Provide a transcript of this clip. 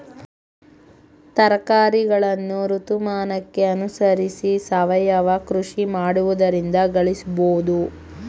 ತರಕಾರಿಗಳನ್ನು ಋತುಮಾನಕ್ಕೆ ಅನುಸರಿಸಿ ಸಾವಯವ ಕೃಷಿ ಮಾಡುವುದರಿಂದ ಗಳಿಸಬೋದು